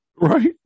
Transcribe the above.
Right